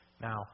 Now